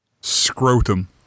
Scrotum